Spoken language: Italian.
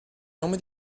nome